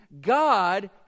God